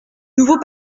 nouveau